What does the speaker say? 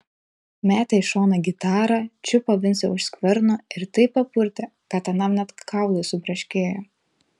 metė į šoną gitarą čiupo vincą už skverno ir taip papurtė kad anam net kaulai subraškėjo